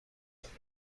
دارین